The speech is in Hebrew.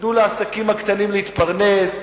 תנו לעסקים הקטנים להתפרנס,